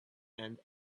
and